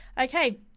okay